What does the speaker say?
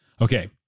Okay